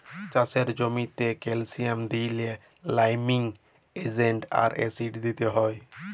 চাষের জ্যামিতে ক্যালসিয়াম দিইলে লাইমিং এজেন্ট আর অ্যাসিড দিতে হ্যয়